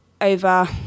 over